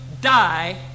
die